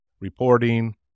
reporting